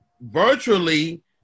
Virtually